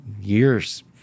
years